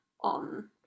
on